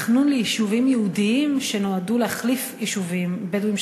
תכנון ליישובים יהודיים שנועדו להחליף יישובים בדואיים,